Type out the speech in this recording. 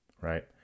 right